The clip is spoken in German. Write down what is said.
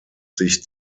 sich